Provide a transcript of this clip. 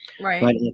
Right